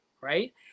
right